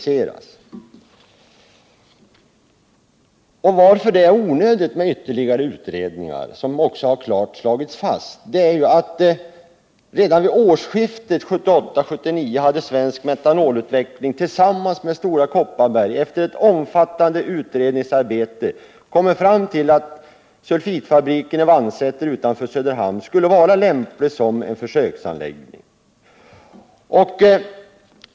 Det har klart slagits fast att ytterligare utredningar är onödiga. Redan vid årsskiftet 1978/79 hade Svensk Metanolutveckling tillsammans med Stora Kopparberg efter ett omfattande utredningsarbete kommit fram till att sulfitfabriken i Vannsäter utanför Söderhamn skulle vara lämplig som försöksanläggning.